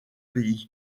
pays